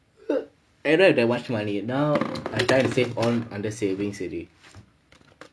I don't have that much money now I try to save all under savings already